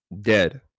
dead